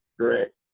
Correct